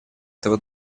этого